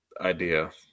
idea